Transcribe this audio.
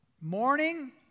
morning